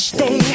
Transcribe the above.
Stay